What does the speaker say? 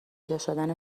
پیداشدن